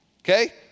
okay